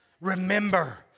Remember